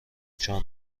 چهار